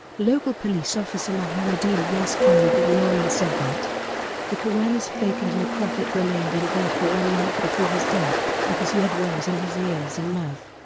local police officer muhammad ilyas claimed that noreen said that the quran is fake and your prophet remained in bed for one month before his death, because he had worms in his ears and mouth.